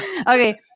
Okay